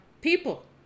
People